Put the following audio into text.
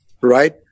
right